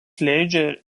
leidžia